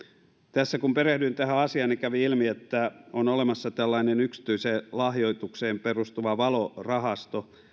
tässä kun perehdyin tähän asiaan kävi ilmi että on olemassa tällainen yksityiseen lahjoitukseen perustuva valo rahasto